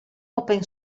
open